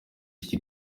iki